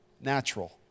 Natural